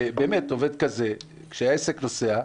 עובד כזה, כשהעסק נוסע,